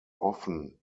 often